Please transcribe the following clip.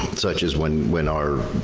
such as when when our.